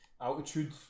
altitude